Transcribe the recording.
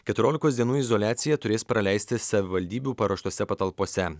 keturiolikos dienų izoliaciją turės praleisti savivaldybių paruoštose patalpose